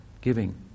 giving